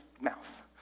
mouth